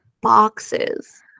boxes